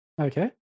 okay